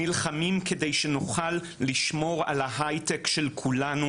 נלחמים כדי שנוכל לשמור על ההייטק של כולנו